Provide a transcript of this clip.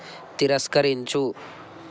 తిరస్కరించు